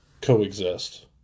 coexist